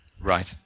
Right